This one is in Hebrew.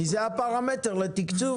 כי זה הפרמטר לתקצוב.